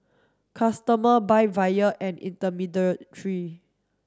customer buy via an